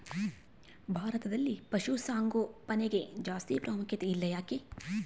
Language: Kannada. ಭಾರತದಲ್ಲಿ ಪಶುಸಾಂಗೋಪನೆಗೆ ಜಾಸ್ತಿ ಪ್ರಾಮುಖ್ಯತೆ ಇಲ್ಲ ಯಾಕೆ?